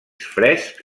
frescs